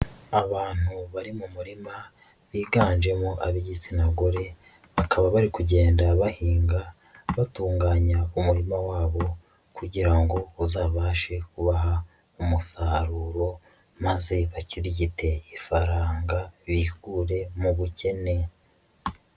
Abantu bari mu murima biganjemo ab'igitsina gore, bakaba bari kugenda bahinga batunganya umurima wabo kugira ngo uzabashe kubaha umusaruro maze bakirigite ifaranga bikure mu bukene.